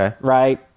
right